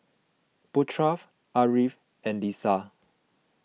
Putra Ariff and Lisa